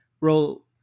role